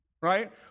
right